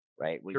Right